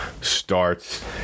starts